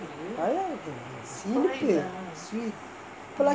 நல்லாருக்கும் இனிப்பு:nallarukkum inippu sweet